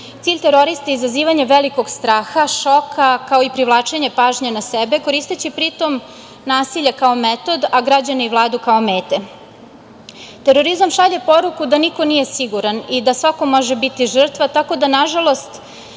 Cilj terorista je izazivanje velikog straha, šoka, kao i privlačenje pažnje na sebe, koristeći pri tome nasilje kao metod, a građane i Vladu kao mete. Terorizam šalje poruku da niko nije siguran i da svako može biti žrtva, tako da, nažalost,